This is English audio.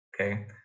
Okay